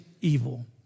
evil